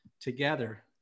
Together